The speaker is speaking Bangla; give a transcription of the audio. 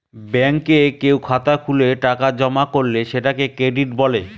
ব্যাঙ্কে কেউ খাতা খুলে টাকা জমা করলে সেটাকে ক্রেডিট বলে